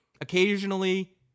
Occasionally